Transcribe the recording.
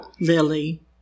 Lily